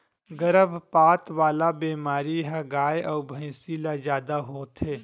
गरभपात वाला बेमारी ह गाय अउ भइसी ल जादा होथे